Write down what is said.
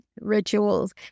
rituals